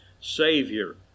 Savior